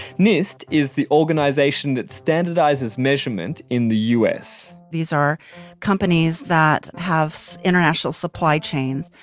nist is the organization that standardizes measurement in the u s these are companies that have international supply chains.